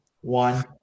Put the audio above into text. One